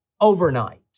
overnight